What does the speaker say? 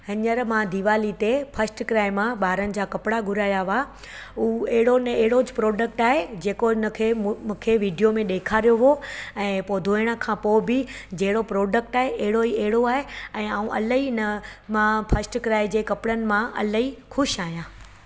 हींअर मां दीवाली ते फस्ट क्राए मां ॿारनि जा कपिड़ा घुराया हुआ हू अहिड़ो न अहिड़ो प्रॉडक्ट आहे जेको हिन खे मु मूंखे विडियो में ॾेखारियो हुओ ऐं पोइ धोइण खां पोइ बि जहिड़ो प्रॉडक्ट आहे अहिड़ो ई अहिड़ो आहे ऐं ऐं अलाही न मां फस्ट क्राए जे कपिड़नि मां अलाही ख़ुशि आहियां